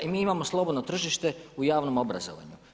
I mi imamo slobodno tržište u javnom obrazovanju.